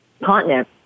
continent